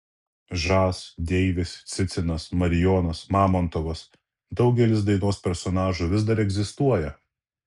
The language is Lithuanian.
žas deivis cicinas marijonas mamontovas daugelis dainos personažų vis dar egzistuoja